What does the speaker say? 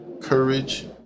courage